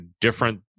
different